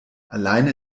alleine